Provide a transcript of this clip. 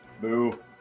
Boo